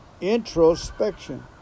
introspection